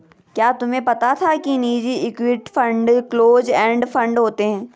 क्या तुम्हें पता था कि निजी equity fund close end fund होते हैं?